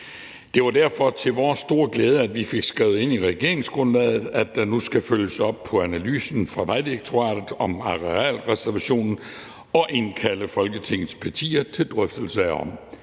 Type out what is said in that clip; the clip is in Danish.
Det var derfor til vores store glæde, at vi fik skrevet ind i regeringsgrundlaget, at der nu skal følges op på analysen fra Vejdirektoratet om arealreservationen, og at Folketingets partier skal indkaldes til